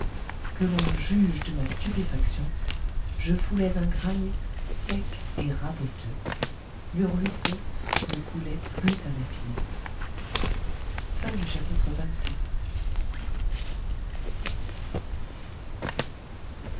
que l'on juge de ma stupéfaction je foulais un granit sec et raboteux le ruisseau ne coulait plus à mes pieds